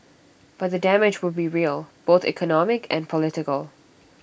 but the damage would be real both economic and political